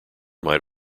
might